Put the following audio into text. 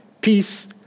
peace